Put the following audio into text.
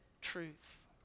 truth